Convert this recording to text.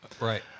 right